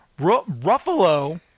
Ruffalo